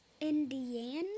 Indiana